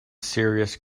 serious